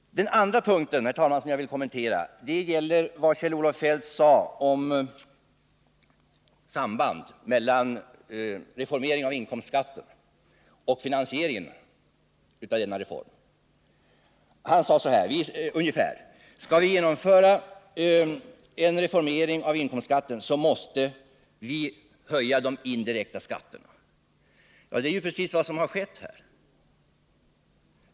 Jag vill också kommentera vad Kjell-Olof Feldt sade om sambandet mellan reformering av inkomstskatten och finansieringen av denna reform. Han sade: Skall vi genomföra en reformering av inkomstskatten måste vi höja de indirekta skatterna. Ja, det är precis vad som har skett!